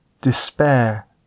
despair